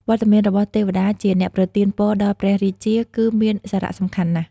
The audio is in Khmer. វត្តមានរបស់ទេវតាជាអ្នកប្រទានពរដល់ព្រះរាជា គឺមានសារៈសំខាន់ណាស់។